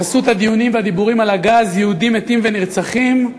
בחסות הדיונים והדיבורים על הגז יהודים מתים ונרצחים,